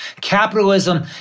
Capitalism